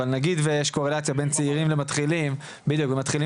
אבל נגיד ויש קורלציה בין צעירים למתחילים במערכת,